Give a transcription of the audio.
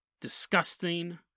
disgusting